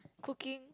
cooking